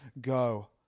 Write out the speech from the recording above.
go